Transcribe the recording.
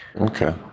Okay